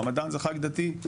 הרמדאן זה חג דתי.